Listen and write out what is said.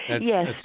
Yes